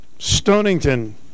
Stonington